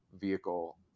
vehicle